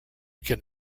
can